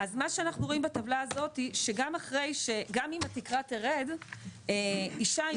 מה שאנחנו רואים בטבלה הזאת זה שגם אם התקרה תרד אישה עם